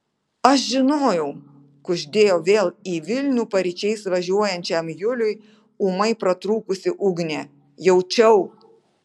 aš žinojau kuždėjo vėl į vilnių paryčiais važiuojančiam juliui ūmai pratrūkusi ugnė jaučiau